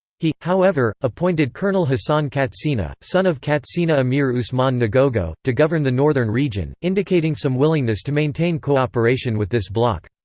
he, however, appointed colonel hassan katsina, son of katsina emir usman nagogo, to govern the northern region, indicating some willingness to maintain cooperation with this bloc.